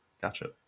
gotcha